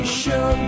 show